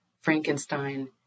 Frankenstein